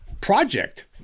project